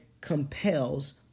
compels